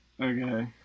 Okay